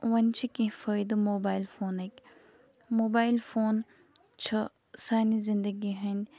وۄنۍ چھِ کینٛہہ فٲیدٕ موبایل فونٕک موبایل فون چھِ سانہِ زندگی ہندۍ